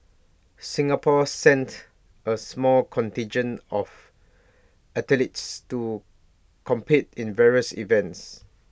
Singapore sent A small contingent of athletes to compete in various events